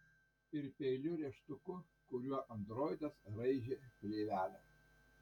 ir peiliu rėžtuku kuriuo androidas raižė plėvelę